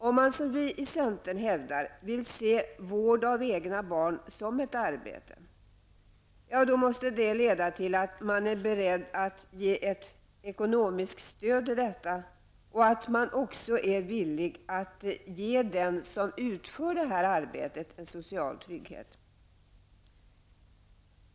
Om man, som vi i centern, vill se vård av egna barn som ett arbete måste det leda till att man är beredd att ge ett ekonomiskt stöd till detta och att man också är villig att ge den som utför det arbetet en social trygghet.